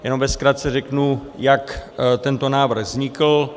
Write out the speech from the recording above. Jenom ve zkratce řeknu, jak tento návrh vznikl.